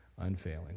unfailing